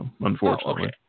unfortunately